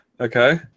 Okay